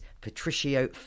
Patricio